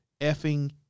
effing